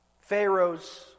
Pharaoh's